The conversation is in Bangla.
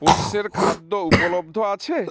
পোষ্যের খাদ্য উপলব্ধ আছে